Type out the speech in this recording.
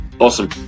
Awesome